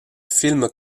films